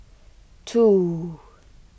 two